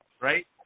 right